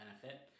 Benefit